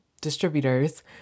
distributors